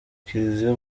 kiliziya